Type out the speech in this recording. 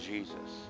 Jesus